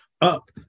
up